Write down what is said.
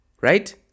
Right